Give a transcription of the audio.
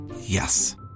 Yes